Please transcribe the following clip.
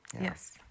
Yes